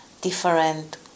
different